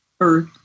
Earth